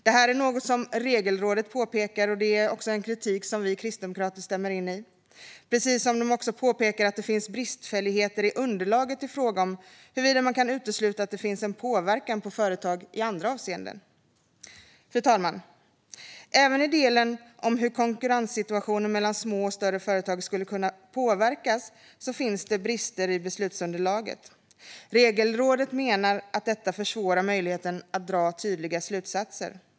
Det här är något som Regelrådet påpekar, och det är en kritik som vi kristdemokrater instämmer i. Det gäller även Regelrådets påpekande att det finns bristfälligheter i underlaget i fråga om huruvida man kan utesluta att det finns en påverkan på företag i andra avseenden. Fru talman! Även i delen om hur konkurrenssituationen mellan små och större företag skulle kunna påverkas finns det brister i beslutsunderlaget. Regelrådet menar att detta försvårar möjligheten att dra tydliga slutsatser.